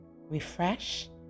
refresh